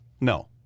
No